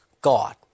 God